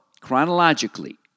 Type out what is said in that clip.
chronologically